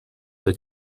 the